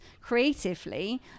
creatively